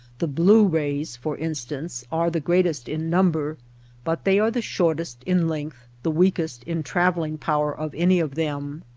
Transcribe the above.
the blue rays, for instance, are the greatest in number but they are the shortest in length, the weakest in travelling power of any of them.